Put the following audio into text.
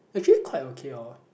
actually quite okay hor